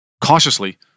Cautiously